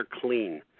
clean